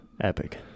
Epic